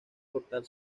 portal